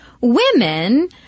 women